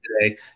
today